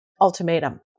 ultimatum